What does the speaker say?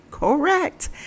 correct